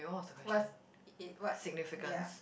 what's is what ya